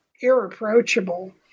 irreproachable